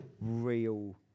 real